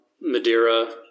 Madeira